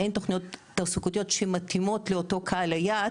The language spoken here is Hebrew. אין תוכניות תעסוקתיות שמתאימות לאותו קהל יעד,